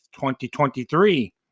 2023